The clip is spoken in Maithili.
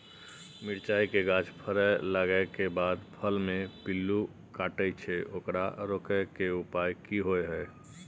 मिरचाय के गाछ फरय लागे के बाद फल में पिल्लू काटे छै ओकरा रोके के उपाय कि होय है?